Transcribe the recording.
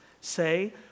Say